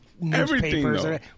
newspapers